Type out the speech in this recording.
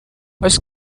oes